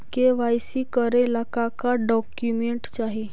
KYC करे ला का का डॉक्यूमेंट चाही?